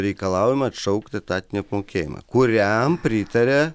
reikalaujama atšaukti etatinį apmokėjimą kuriam pritaria